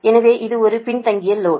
எனவே இது ஒரு பின்தங்கிய லோடு